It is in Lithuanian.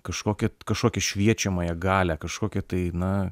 kažkokią kažkokią šviečiamąją galią kažkokią tai na